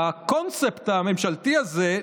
הקונספט הממשלתי הזה,